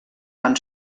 van